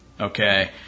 okay